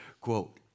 quote